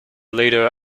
leader